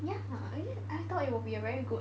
ya I mean I thought it would be a very good